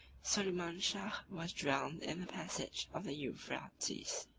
soliman shah was drowned in the passage of the euphrates